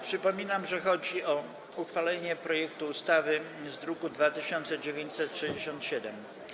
Przypominam, że chodzi o uchwalenie projektu ustawy z druku nr 2967.